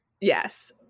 Yes